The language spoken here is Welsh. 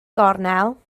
gornel